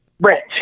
Rich